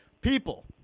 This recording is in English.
people